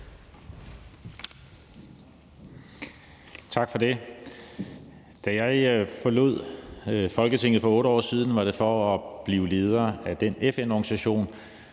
Tak for det. Da jeg forlod Folketinget få 8 år siden, var det for at blive leder af den FN-organisation,